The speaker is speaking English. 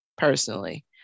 personally